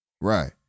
Right